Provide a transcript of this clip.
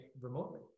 remotely